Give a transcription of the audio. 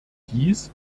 dies